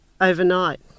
overnight